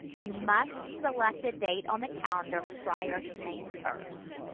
you must select a date on the calendar prior to may first.